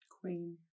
Queen